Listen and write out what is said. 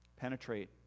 penetrate